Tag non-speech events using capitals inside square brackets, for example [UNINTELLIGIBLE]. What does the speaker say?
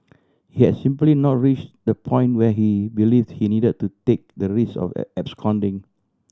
he had simply not reached the point where he believed he needed to take the risk of [UNINTELLIGIBLE] absconding